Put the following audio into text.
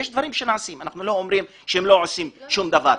יש דברים שנעשים ואנחנו לא אומרים שהיא לא עושה שום דבר,